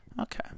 Okay